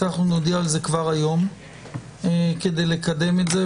אנחנו נודיע על זה כבר היום כדי לקדם את זה,